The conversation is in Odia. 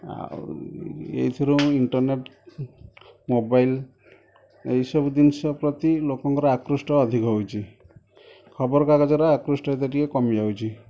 ଆଉ ଏଇଥିରୁ ଇଣ୍ଟରନେଟ୍ ମୋବାଇଲ୍ ଏଇ ସବୁ ଜିନିଷ ପ୍ରତି ଲୋକଙ୍କର ଆକୃଷ୍ଟ ଅଧିକା ହେଉଛି ଖବକାଗଜର ଆକୃଷ୍ଟ ଏତେ ଟିକେ କମି ଯାଉଛି